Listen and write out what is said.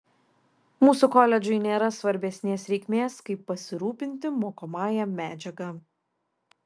mūsų koledžui nėra svarbesnės reikmės kaip pasirūpinti mokomąja medžiaga